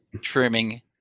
trimming